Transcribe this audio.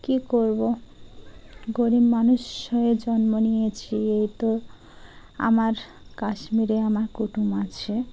কী করবো গরিব মানুষ হয়ে জন্ম নিয়েছি এই তো আমার কাশ্মীরে আমার কুটুম আছে